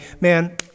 man